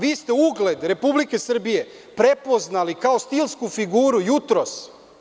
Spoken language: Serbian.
Vi ste ugled Republike Srbije prepoznali kao stilsku figuru jutros.